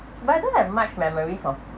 but I don't have much memories of